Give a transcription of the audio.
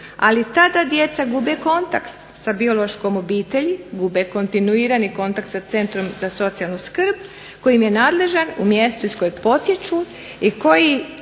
Ali tada djeca gube kontakt sa biološkom obitelji, gube kontinuirani kontakt sa centrom za socijalnu skrb koji im je nadležan u mjestu iz kojeg potječu i koji